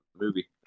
movie